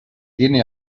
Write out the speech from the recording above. tiene